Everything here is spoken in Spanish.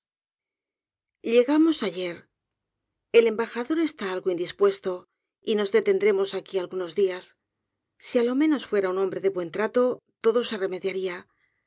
octubro llegamos ayer el embajador está algo indispuesto y nos detendremos aquí algunos dias si á lo menos fuera un hombre de buen trato todo se remediaría